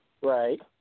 Right